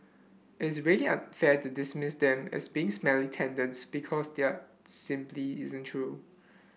it's really unfair to dismiss them as being smelly tenants because there are simply isn't true